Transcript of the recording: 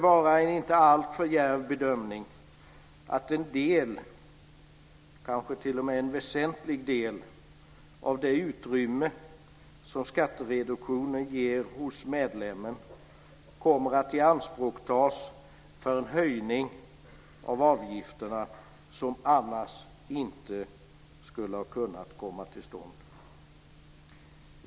En inte alltför djärv bedömning torde vara att en del, kanske t.o.m. en väsentlig del, av det utrymme som skattereduktionen ger medlemmen kommer att ianspråktas för en höjning av avgifterna som annars inte skulle ha kunnat komma till stånd.